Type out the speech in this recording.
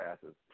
passes